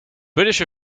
british